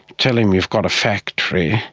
tell him you've got a factory,